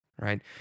right